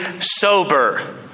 sober